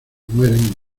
mueren